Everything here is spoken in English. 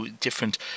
different